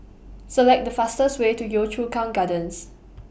Select The fastest Way to Yio Chu Kang Gardens